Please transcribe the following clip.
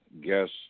Guest